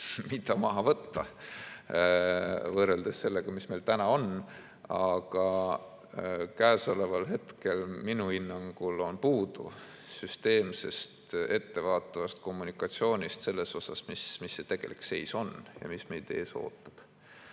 mida maha võtta, võrreldes sellega, mis meil täna on. Käesoleval hetkel minu hinnangul on puudu süsteemsest ette vaatavast kommunikatsioonist teemal, mis see tegelik seis on ja mis meid ees ootab.